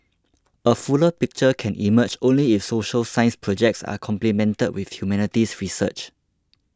a fuller picture can emerge only if social science projects are complemented with humanities research